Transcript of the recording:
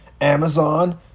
Amazon